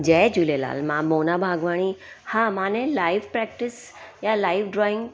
जय झूलेलाल मां मोना भागवाणी हा मां अने लाइव प्रैक्टिस या लाइव ड्राइंग